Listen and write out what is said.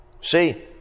See